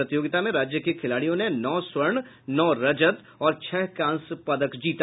प्रतियोगिता में राज्य के खिलाड़ियों ने नौ स्वर्ण नौ रजत और छह कांस्य पदक जीता